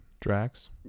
Drax